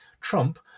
Trump